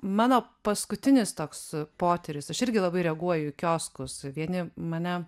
mano paskutinis toks potyris aš irgi labai reaguoju kioskus vieni mane